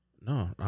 No